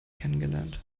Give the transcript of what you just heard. kennengelernt